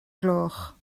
gloch